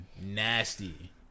Nasty